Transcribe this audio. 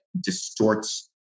distorts